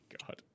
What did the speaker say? God